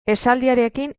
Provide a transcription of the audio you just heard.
esaldiarekin